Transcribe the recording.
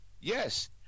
yes